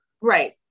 Right